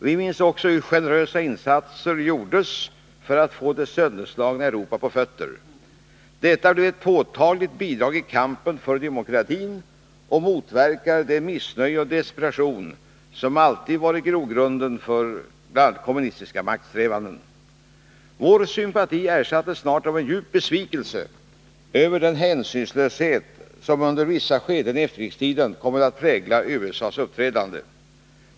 Vi minns också hur generösa insatser gjordes för att få det sönderslagna Europa på fötter. Detta blev ett påtagligt bidrag i kampen för demokratin och motverkade det missnöje och den desperation som alltid varit grogrunden för kommunistiska maktsträvanden. Vår sympati ersattes dock snart av en djup besvikelse över den hänsynslöshet som under vissa skeden i efterkrigstiden kommit att prägla USA:s uppträdande.